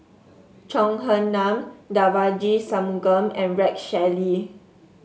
Chong Heman Devagi Sanmugam and Rex Shelley